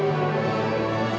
or